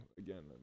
again